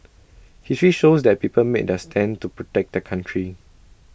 history shows that people made their stand to protect their country